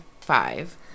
five